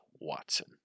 Watson